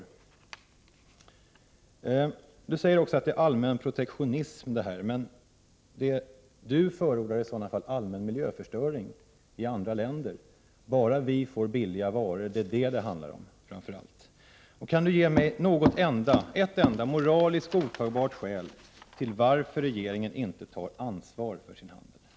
Statsrådet Gradin säger också att det här är fråga om allmän protektionism, men det som hon förordar är allmän miljöförstöring i andra länder, bara vi får billiga varor. Det är det som det framför allt handlar om. Kan statsrådet Gradin ge mig ett enda moraliskt godtagbart skäl till att regeringen inte tar ansvar för handeln på detta område?